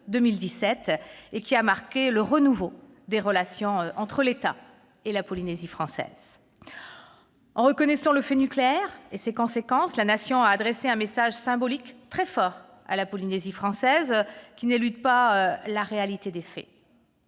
2017, qui a marqué le renouveau des relations entre l'État et la Polynésie française. En reconnaissant le fait nucléaire et ses conséquences, la Nation a adressé un message symbolique très fort à la Polynésie française, qui n'élude pas la réalité des faits.